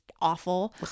awful